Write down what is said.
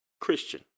Christian